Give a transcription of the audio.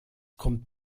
kommt